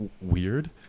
weird